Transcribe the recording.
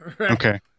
Okay